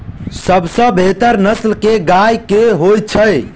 सबसँ बेहतर नस्ल केँ गाय केँ होइ छै?